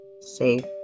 Save